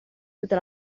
tutta